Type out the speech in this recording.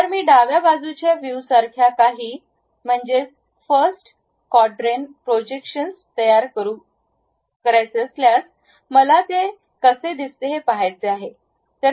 तर मी डाव्या बाजूच्या व्ह्यूसारख्या काही प्रथम चतुष्पाद प्रोजेक्शन म्हणजेच फर्स्ट कोडट्रेन प्रोजेक्शन्स तयार करू करायचे असल्यास मला ते कसे दिसते हे पहायचे आहे